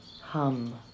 hum